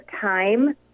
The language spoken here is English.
time